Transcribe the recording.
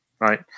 right